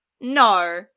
no